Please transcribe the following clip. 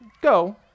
go